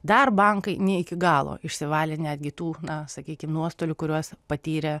dar bankai ne iki galo išsivalė netgi tų na sakykim nuostolių kuriuos patyrė